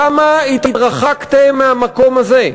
כמה התרחקתם מהמקום הזה?